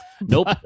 Nope